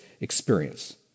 experience